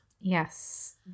Yes